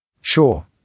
Sure